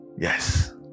Yes